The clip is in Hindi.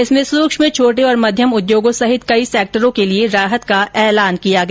इसमें सूक्ष्म छोटे और मध्यम उद्योगों सहित कई सैक्टरों के लिए राहत का ऐलान किया गया